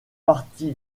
parti